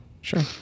sure